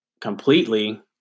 completely